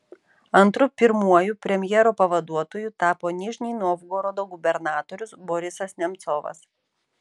antru pirmuoju premjero pavaduotoju tapo nižnij novgorodo gubernatorius borisas nemcovas